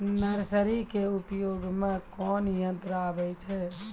Nursery के उपयोग मे कोन यंत्र आबै छै?